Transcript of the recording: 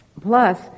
Plus